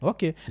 Okay